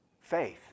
Faith